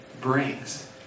brings